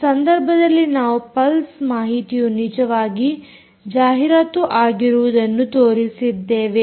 ಈ ಪ್ರದರ್ಶನದಲ್ಲಿ ನಾವು ಪಲ್ಸ್ ಮಾಹಿತಿಯು ನಿಜವಾಗಿ ಜಾಹೀರಾತು ಆಗಿರುವುದನ್ನು ತೋರಿಸಿದ್ದೇವೆ